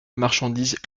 marchandises